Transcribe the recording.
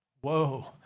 Whoa